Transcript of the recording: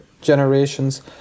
generations